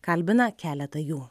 kalbina keletą jų